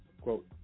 Quote